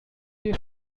dir